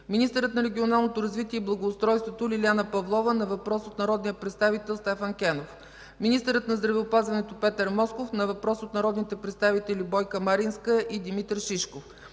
министърът на регионалното развитие и благоустройството Лиляна Павлова – на въпрос от народния представител Стефан Кенов; - министърът на здравеопазването Петър Москов – на въпрос от народните представители Бойка Маринска и Димитър Шишков;